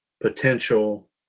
potential